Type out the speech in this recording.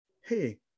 Hey